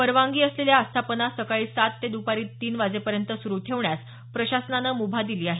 परवानगी असलेल्या आस्थापना सकाळी सात ते दुपारी तीन वाजेपर्यंत सुरू ठेवण्यास प्रशासनानं मुभा दिली आहे